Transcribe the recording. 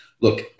look